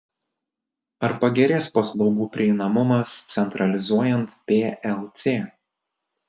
ar pagerės paslaugų prieinamumas centralizuojant plc